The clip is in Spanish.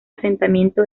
asentamiento